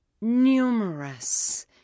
numerous